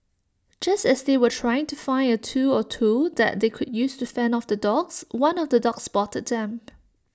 just as they were trying to find A tool or two that they could use to fend off the dogs one of the dogs spotted them